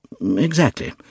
Exactly